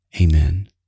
Amen